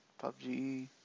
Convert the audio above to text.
PUBG